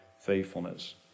faithfulness